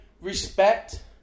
respect